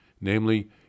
namely